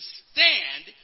stand